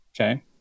Okay